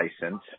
license